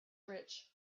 rich